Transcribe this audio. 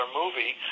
movie